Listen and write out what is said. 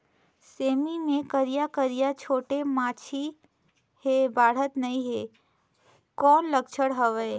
सेमी मे करिया करिया छोटे माछी हे बाढ़त नहीं हे कौन लक्षण हवय?